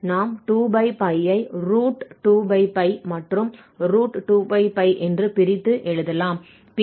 நாம் 2 ஐ 2 மற்றும் 2 என்று பிரித்து எழுதலாம்